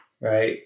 right